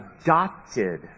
adopted